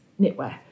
knitwear